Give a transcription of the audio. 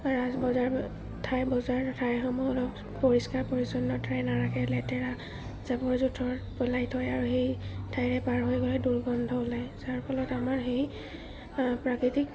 ৰাজ বজাৰ ঠাই বজাৰ ঠাইসমূহ অলপ পৰিষ্কাৰ পৰিচ্ছন্নতাৰে নাৰাখে লেতেৰা জাবৰ জোঁথৰ পেলাই থয় আৰু সেই ঠাইৰে পাৰ হৈ গ'লে দুৰ্গন্ধ ওলায় যাৰ ফলত আমাৰ সেই প্ৰাকৃতিক